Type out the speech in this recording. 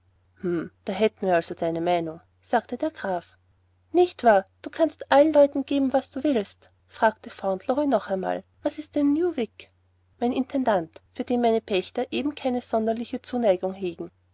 da hätten wir also deine meinung sagte der graf nicht wahr du kannst allen leuten geben was du willst fragte fauntleroy noch einmal was ist denn newick mein intendant für den meine pächter eben keine sonderliche zuneigung hegen